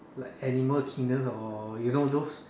like animal kingdoms or you know those